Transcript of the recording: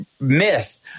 myth